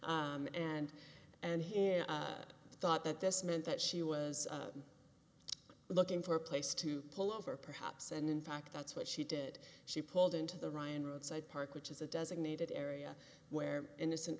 hundred and and he thought that this meant that she was looking for a place to pull over perhaps and in fact that's what she did she pulled into the ryan roadside park which is a designated area where innocent